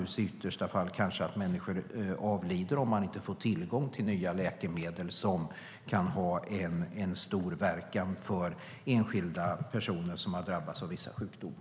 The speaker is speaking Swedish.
I yttersta fall kanske människor avlider om de inte får tillgång till nya läkemedel som kan ha en stor verkan för de enskilda personer som har drabbats av vissa sjukdomar.